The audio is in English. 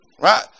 right